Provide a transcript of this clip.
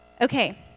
Okay